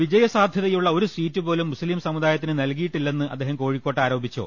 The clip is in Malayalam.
വിജയസാധ്യതയുള്ള ഒരു സീറ്റ് പോലും മുസ്ലിം സമു ദായത്തിന് നൽകിയിട്ടില്ലെന്ന് അദ്ദേഹം കോഴിക്കോട്ട് ആരോപി ച്ചു